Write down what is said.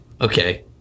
Okay